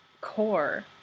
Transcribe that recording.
core